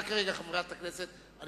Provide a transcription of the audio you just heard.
תודה רבה לחבר הכנסת אלקין.